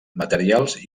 materials